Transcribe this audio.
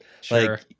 Sure